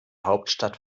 hauptstadt